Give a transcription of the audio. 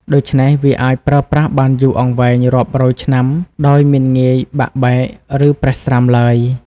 ដូច្នេះ វាអាចប្រើប្រាស់បានយូរអង្វែងរាប់រយឆ្នាំដោយមិនងាយបាក់បែក ឬប្រេះស្រាំឡើយ។